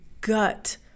gut